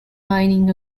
mining